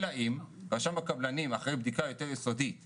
אלא אם רשם הקבלנים אחרי בדיקה יותר יסודית אמר,